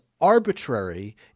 arbitrary